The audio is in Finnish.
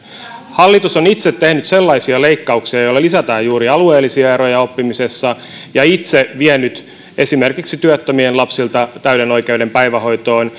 hallitus on itse tehnyt sellaisia leikkauksia joilla lisätään juuri alueellisia eroja oppimisessa ja itse vienyt esimerkiksi työttömien lapsilta täyden oikeuden päivähoitoon